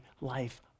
life